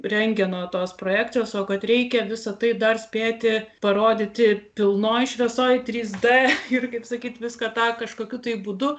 rentgeno tos projekcijos o kad reikia visa tai dar spėti parodyti pilnoj šviesoj trys d ir kaip sakyt viską tą kažkokiu tai būdu